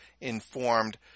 informed